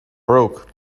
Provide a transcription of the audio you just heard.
broke